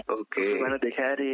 okay